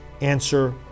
Answer